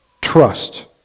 Trust